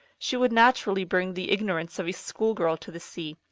she would naturally bring the ignorance of a schoolgirl to the sea.